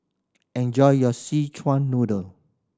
enjoy your Szechuan Noodle